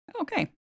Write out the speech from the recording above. Okay